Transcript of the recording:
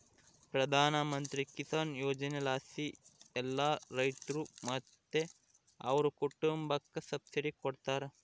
ಪ್ರಧಾನಮಂತ್ರಿ ಕಿಸಾನ್ ಯೋಜನೆಲಾಸಿ ಎಲ್ಲಾ ರೈತ್ರು ಮತ್ತೆ ಅವ್ರ್ ಕುಟುಂಬುಕ್ಕ ಸಬ್ಸಿಡಿ ಕೊಡ್ತಾರ